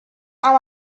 amb